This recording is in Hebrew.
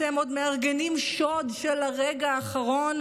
אתם עוד מארגנים שוד של הרגע האחרון,